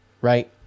right